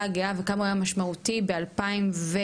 הגאה וכמה הוא היה משמעותי בבחירות 2015,